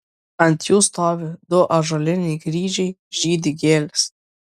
ant jų stovi du ąžuoliniai kryžiai žydi gėlės